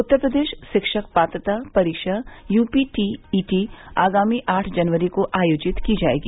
उत्तर प्रदेश शिक्षक पात्रता परीक्षा U P T E T आगामी आठ जनवरी को आयोजित की जायेगी